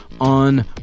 on